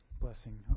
blessing